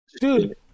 dude